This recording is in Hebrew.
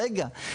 רגע.